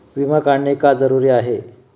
विमा काढणे का जरुरी आहे?